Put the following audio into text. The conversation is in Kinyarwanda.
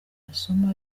amasomo